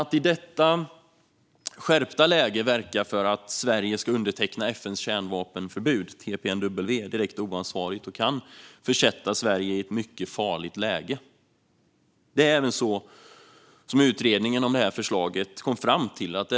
Att i detta skärpta läge verka för att Sverige ska underteckna FN:s kärnvapenförbud, TPNW, är direkt oansvarigt och kan försätta Sverige i ett mycket farligt läge. Det kom även utredningen om detta förslag fram till.